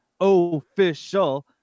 official